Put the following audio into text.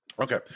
Okay